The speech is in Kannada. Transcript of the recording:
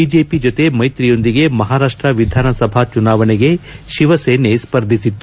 ಬಿಜೆಪಿ ಜತೆ ಮೈತ್ರಿಯೊಂದಿಗೆ ಮಹಾರಾಷ್ಟ ವಿಧಾನಸಭಾ ಚುನಾವಣೆಗೆ ಶಿವಸೇನೆ ಸ್ಪರ್ಧಿಸಿತ್ತು